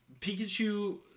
pikachu